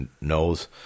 knows